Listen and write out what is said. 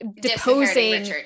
deposing